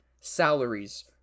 salaries